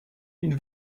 une